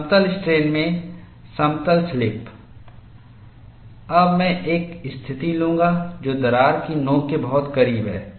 समतल स्ट्रेन में समतल स्लिप अब मैं एक स्थिति लूंगा जो दरार की नोक के बहुत करीब है